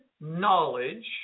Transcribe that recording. knowledge